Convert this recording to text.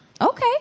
Okay